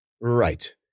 Right